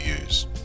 use